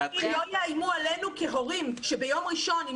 אם לא יאיימו עלינו כהורים שביום ראשון אם